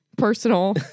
personal